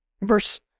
verse